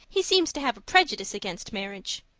he seems to have a prejudice against marriage.